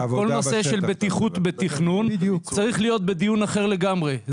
כל הנושא של בטיחות בתכנון צריך להיות בדיון אחר לגמרי.